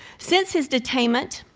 since his detainment,